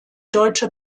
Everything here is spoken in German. deutsche